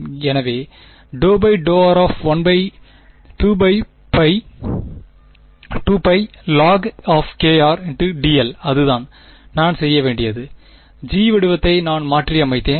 எனவே ∂∂r12πlogdl அதுதான் நான் செய்ய வேண்டியது G வடிவத்தை நான் மாற்றியமைத்தேன்